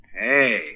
Hey